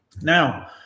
Now